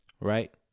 Right